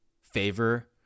favor